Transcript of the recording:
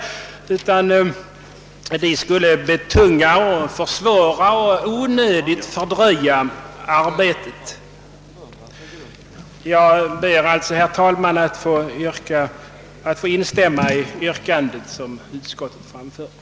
Ett bifall till dem skulle troligen bara tynga, försvåra och onödigt fördröja arbetet. Herr talman! Jag ber att få yrka bifall till utskottets hemställan.